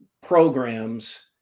programs